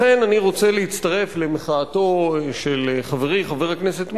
לכן אני רוצה להצטרף למחאתו של חברי חבר הכנסת מולה,